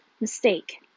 mistake